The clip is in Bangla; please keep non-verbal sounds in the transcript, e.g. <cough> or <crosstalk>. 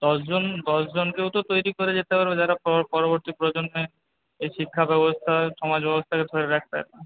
দশজন দশজনকেও তো তৈরি করে যেতে হবে যারা <unintelligible> পরবর্তী প্রজন্মে এই শিক্ষাব্যবস্থা সমাজব্যবস্থা ধরে রাখতে পারে